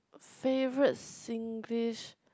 favourite Singlish